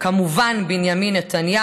כמובן בראשותו של בנימין נתניהו,